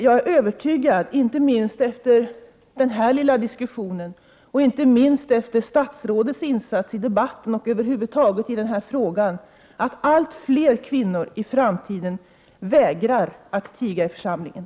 Jag är övertygad om, inte minst efter denna lilla diskussion och efter statsrådets insats i debatten och över huvud taget i dessa frågor, att allt fler kvinnor i framtiden kommer att vägra tiga i församlingen.